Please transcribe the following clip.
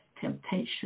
temptation